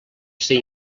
ser